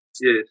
yes